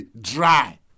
dry